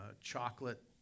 chocolate